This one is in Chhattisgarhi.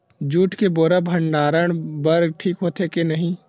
जूट के बोरा भंडारण बर ठीक होथे के नहीं?